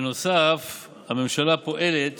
בנוסף הממשלה פועלת